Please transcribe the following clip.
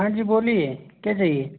हाँ जी बोलिए क्या चाहिए